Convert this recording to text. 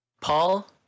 Paul